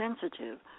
sensitive